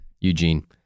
Eugene